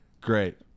Great